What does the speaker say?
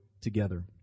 together